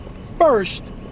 First